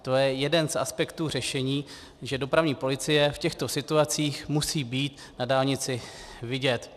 To je jeden z aspektů řešení, že dopravní policie v těchto situacích musí být na dálnici vidět.